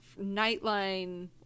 Nightline